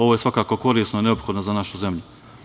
Ovo je svakako korisno i neophodno za našu zemlju.